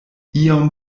iom